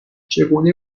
چگونه